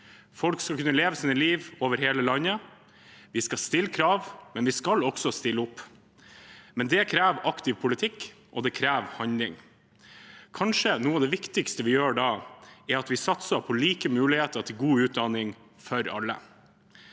Folk skal kunne leve sitt liv over hele landet. Vi skal stille krav, men vi skal også stille opp. Det krever aktiv politikk – og det krever handling. Kanskje noe av det viktigste vi gjør da, er at vi satser på like muligheter til god utdanning for alle.